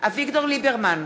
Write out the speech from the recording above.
אביגדור ליברמן,